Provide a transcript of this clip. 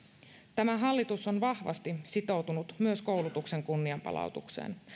tämä hallitus on vahvasti sitoutunut myös koulutuksen kunnianpalautukseen